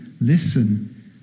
Listen